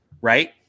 Right